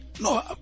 No